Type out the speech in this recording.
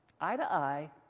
eye-to-eye